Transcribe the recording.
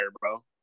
bro